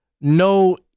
No